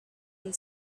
and